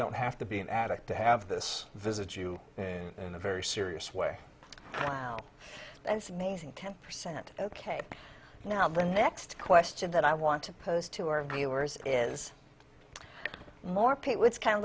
don't have to be an addict to have this visit you in a very serious way and sneezing ten percent ok now the next question that i want to pose to our viewers is more people it's kind